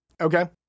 Okay